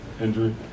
injury